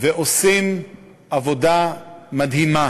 ועושים עבודה מדהימה.